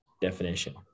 definition